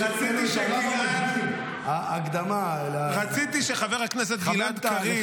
יש --- ההקדמה --- רציתי שחבר הכנסת גלעד קריב -- לחמם את,